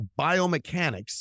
biomechanics